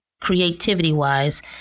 creativity-wise